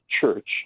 church